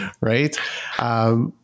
Right